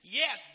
yes